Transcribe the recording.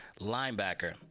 linebacker